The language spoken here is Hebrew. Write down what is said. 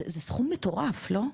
זה סכום מטורף, לא?